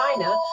China